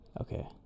Okay